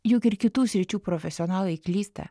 juk ir kitų sričių profesionalai klysta